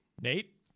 Nate